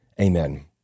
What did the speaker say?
Amen